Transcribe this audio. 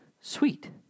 sweet